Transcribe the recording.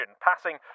passing